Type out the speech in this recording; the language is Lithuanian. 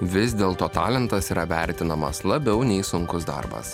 vis dėlto talentas yra vertinamas labiau nei sunkus darbas